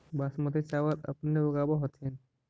बासमती चाबल अपने ऊगाब होथिं?